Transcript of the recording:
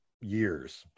years